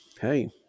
Hey